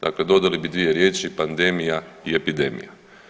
Dakle dodali bi dvije riječi pandemija i epidemija.